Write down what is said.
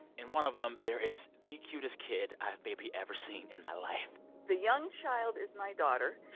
in one of them, there is the cutest kid i have maybe ever seen in my life the young child is my daughter.